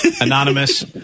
Anonymous